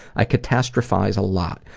i catastrophize a lot.